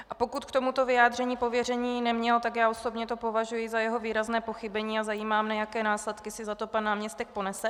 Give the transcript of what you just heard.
A pokud k tomuto vyjádření pověření neměl, tak já osobně to považuji za jeho výrazné pochybení a zajímá mě, jaké následky si za to pan náměstek ponese.